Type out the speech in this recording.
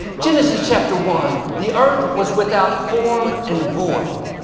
genesis chapter one, the earth was without form and void.